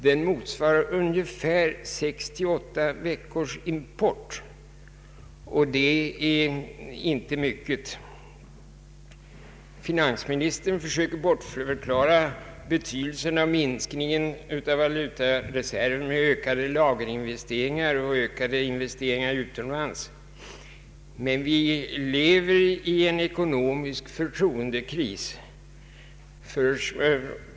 Den motsvarar 6—38 veckors import — och det är inte mycket. Finansministern försöker bortförklara betydelsen av minskningen av valutareserven med ökade lagerinvesteringar och ökade investeringar utomlands. Men vi lever i en ekonomisk förtroendekris.